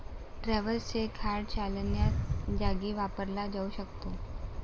travellers cheque hard चलनाच्या जागी वापरला जाऊ शकतो